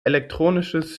elektronisches